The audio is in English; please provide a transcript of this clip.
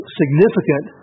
significant